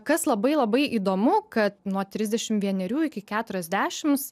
kas labai labai įdomu kad nuo trisdešim vienerių iki keturiasdešims